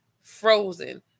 Frozen